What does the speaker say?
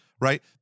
right